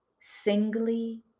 singly